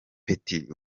petit